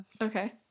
Okay